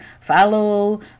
follow